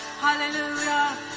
Hallelujah